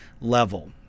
level